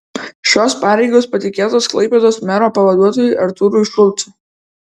šios pareigos patikėtos klaipėdos mero pavaduotojui artūrui šulcui